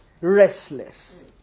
restless